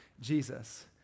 Jesus